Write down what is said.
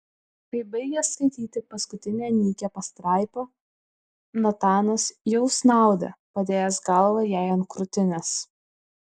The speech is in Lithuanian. kai baigė skaityti paskutinę nykią pastraipą natanas jau snaudė padėjęs galvą jai ant krūtinės